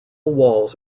walls